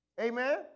Amen